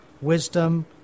Wisdom